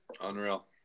unreal